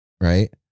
Right